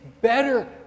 better